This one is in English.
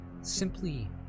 Simply